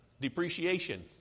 depreciation